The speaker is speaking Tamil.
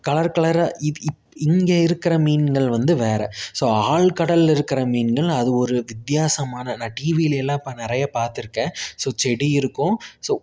கலர் கலராக இது இப் இங்கே இருக்கிற மீன்கள் வந்து வேறு ஸோ ஆழ்கடல் இருக்கிற மீன்கள் அது ஒரு வித்தியாசமான நான் டிவிலையெல்லாம் இப்போ நிறைய பார்த்துருக்கேன் ஸோ செடி இருக்கும் ஸோ